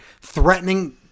Threatening